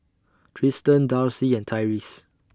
Tristen Darcie and Tyreese